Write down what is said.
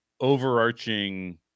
overarching